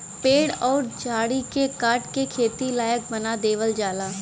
पेड़ अउर झाड़ी के काट के खेती लायक बना देवल जाला